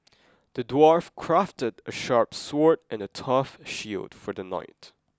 the dwarf crafted a sharp sword and a tough shield for the knight